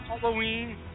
Halloween